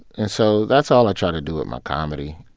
and so that's all i try to do with my comedy.